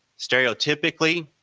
stereotypically,